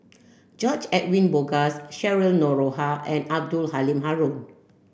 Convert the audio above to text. George Edwin Bogaars Cheryl Noronha and Abdul Halim Haron